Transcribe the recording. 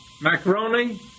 macaroni